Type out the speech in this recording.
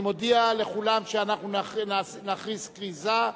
אני מודיע לכולם שאנחנו נכריז כריזה.